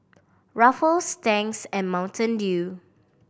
Ruffles Tangs and Mountain Dew